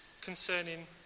concerning